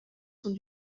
sont